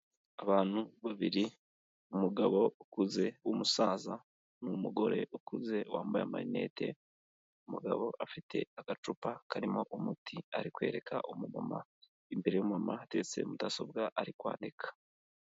Abantu babiri, umugabo ukuze w'umusaza n'umugore ukuze wambaye amarinete, umugabo afite agacupa karimo umuti ari kwereka umumama, imbere y'umumama hateretse mudasobwa ari kwandika.